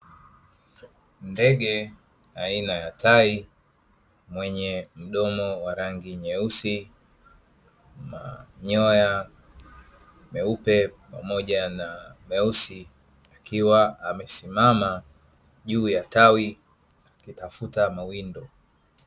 Ndege aina ya tai mwenye mdomo wa rangi nyeusi, manyoya meupe, pamoja na meusi akiwa amesimama juu ya tawi akitafuta mawindo.